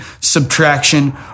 subtraction